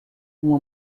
uma